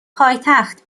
پایتخت